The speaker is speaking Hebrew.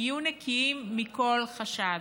יהיו נקיים מכל חשד.